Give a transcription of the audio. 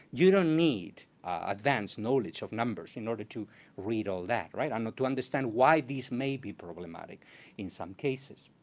you don't need advance knowledge of numbers in order to read all that, right? and to understand why these may be problematic in some cases.